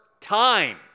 time